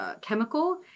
chemical